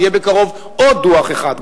ויהיה בקרוב עוד דוח אחד,